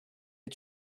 des